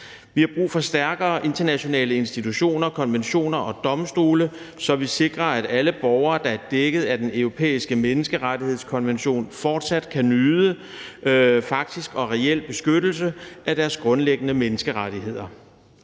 Vi har brug for stærkere internationale institutioner, konventioner og domstole, så vi sikrer, at alle borgere, der er dækket af Den Europæiske Menneskerettighedskonvention, fortsat kan nyde faktisk og reel beskyttelse af deres grundlæggende menneskerettigheder.